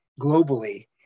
globally